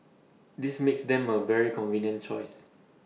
this makes them A very convenient choice